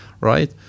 right